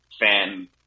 fan